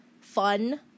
Fun